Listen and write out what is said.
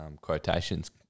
quotations